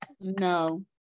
No